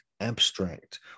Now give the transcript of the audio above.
abstract